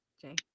Jay